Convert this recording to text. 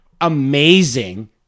amazing